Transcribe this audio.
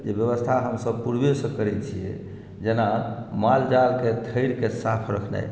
जे व्यवस्था हमसभ पूर्वे से करै छियै जेना माल जाल केँ थड़ि केँ साफ रखनाई